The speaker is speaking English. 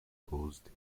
caused